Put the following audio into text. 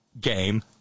Game